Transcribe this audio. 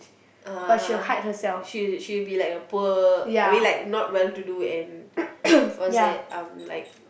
uh she she be like a poor I mean like not well to do and what's that um like